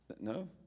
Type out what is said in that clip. No